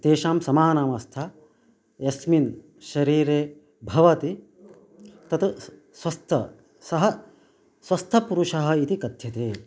तेषां समानवस्था यस्मिन् शरीरे भवति तत् स्वस्थ सः स्वस्थपुरुषः इति कथ्यते